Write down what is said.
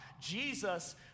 Jesus